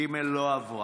ג' לא עברה.